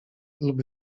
lub